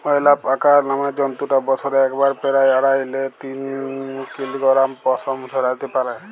অয়ালাপাকা নামের জন্তুটা বসরে একবারে পেরায় আঢ়াই লে তিন কিলগরাম পসম ঝরাত্যে পারে